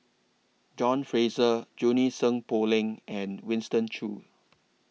John Fraser Junie Sng Poh Leng and Winston Choos